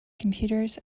computers